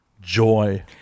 joy